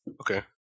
Okay